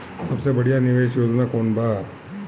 सबसे बढ़िया निवेश योजना कौन बा?